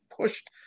pushed